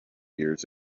years